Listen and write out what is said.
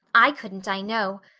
i couldn't, i know.